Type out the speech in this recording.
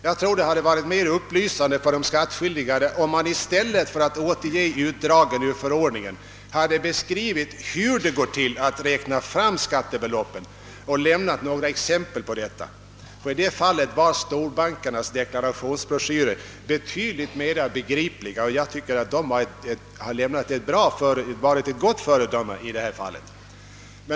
Jag tror att det hade varit mer upplysande för de skattskyldiga om man i stället för att återge utdrag ur förordningen hade beskrivit hur det går till att räkna fram skattebeloppen och lämnat några exempel på detta. Härvidlag var storbankernas deklarationsbroschyrer betydligt mera begripliga; jag tycker att de varit ett gott föredöme i detta fall.